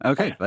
Okay